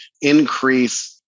increase